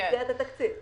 במסגרת התקציב.